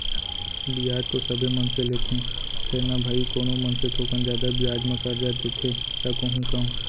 बियाज तो सबे मनसे लेथें फेर न भाई कोनो मनसे थोकन जादा बियाज म करजा देथे त कोहूँ कम